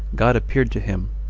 god appeared to him,